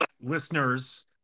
listeners